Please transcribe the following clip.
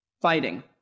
fighting